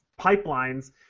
pipelines